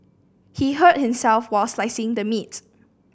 he hurt himself while slicing the meat